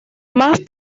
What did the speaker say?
más